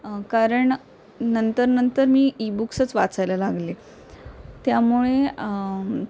कारण नंतर नंतर मी ईबुक्सच वाचायला लागले त्यामुळे